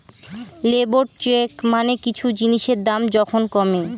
labour চেক মানে কিছু জিনিসের দাম যখন কমে